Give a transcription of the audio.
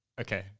Okay